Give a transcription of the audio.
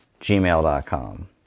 gmail.com